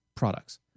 Products